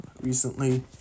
Recently